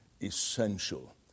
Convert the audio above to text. essential